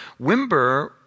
Wimber